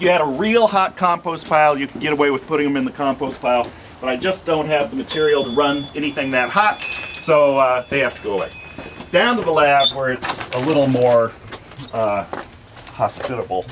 you had a real hot compost pile you can get away with putting them in the compost pile but i just don't have the material to run anything that hot so they have to go down to the lab where it's a little more hospitable